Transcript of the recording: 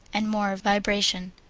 and more vibration.